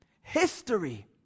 History